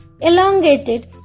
elongated